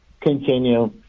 continue